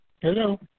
Hello